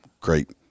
Great